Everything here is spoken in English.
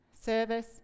service